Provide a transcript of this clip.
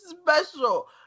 special